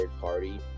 party